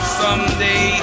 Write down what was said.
someday